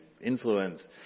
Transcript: influence